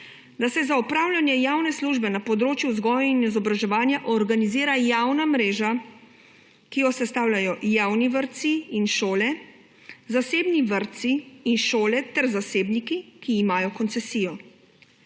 da se za opravljanje javne službe na področju vzgoje in izobraževanja organizira javna mreža, ki jo sestavljajo javni vrtci in šole, zasebni vrtci in šole ter zasebniki, ki imajo koncesijo.